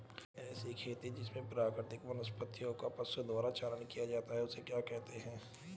ऐसी खेती जिसमें प्राकृतिक वनस्पति का पशुओं द्वारा चारण किया जाता है उसे क्या कहते हैं?